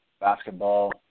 basketball